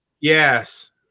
Yes